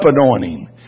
anointing